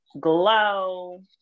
glow